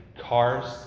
cars